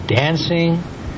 dancing